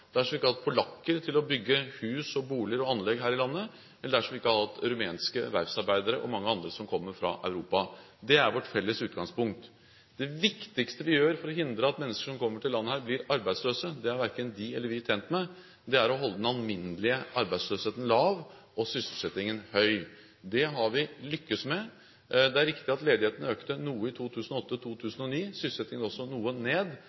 dersom vi ikke hadde hatt polakker til å bygge hus, boliger og anlegg her i landet, eller dersom vi ikke hadde hatt rumenske verftsarbeidere og mange andre som kommer fra Europa. Det er vårt felles utgangspunkt. Det viktigste vi gjør for å hindre at mennesker som kommer til landet, blir arbeidsløse – det er verken de eller vi tjent med – er å holde den alminnelige arbeidsløsheten lav og sysselsettingen høy. Det har vi lyktes med. Det er riktig at ledigheten økte noe i 2008–2009, sysselsettingen gikk også noe ned,